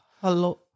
Hello